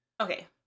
Okay